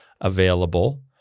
available